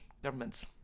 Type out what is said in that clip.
governments